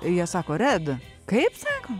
jie sako red kaip sako